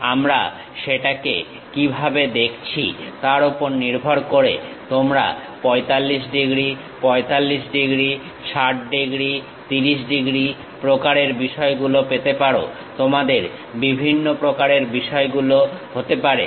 আমরা সেটাকে কিভাবে দেখছি তার ওপর নির্ভর করে তোমরা 45 ডিগ্রী 45 ডিগ্রী 60 ডিগ্রী 30 ডিগ্রী প্রকারের বিষয়গুলো পেতে পারো তোমাদের বিভিন্ন প্রকারের ভিউগুলো হতে পারে